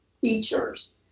features